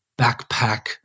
backpack